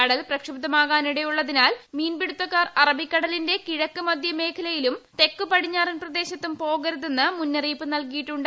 കടൽ പ്രക്ഷുബ്ധമാകാനി ടയുള്ളതിനാൽ മീൻപിടുത്തക്കാർ അറബിക്കടലിന്റെ കിഴക്ക് മധ്യ മേഖലയിലും തെക്കു പടിഞ്ഞാറൻ പ്രദേശത്തും പോകരുതെന്ന് മുന്നറിയിപ്പ് നൽകിയിട്ടുണ്ട്